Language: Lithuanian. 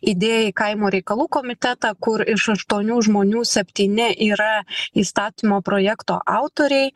idėją į kaimo reikalų komitetą kur iš aštuonių žmonių septyni yra įstatymo projekto autoriai